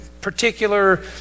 particular